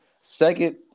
Second